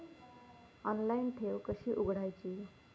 Online ठेव कशी उघडायची?